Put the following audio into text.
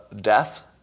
death